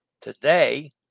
today